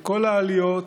מכל העליות,